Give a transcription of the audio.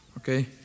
Okay